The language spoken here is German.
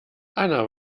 anna